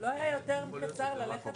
לא אמרתי שאין נוהל.